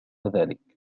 ذلك